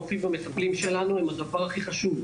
הרופאים והמטפלים שלנו הם הדבר הכי חשוב.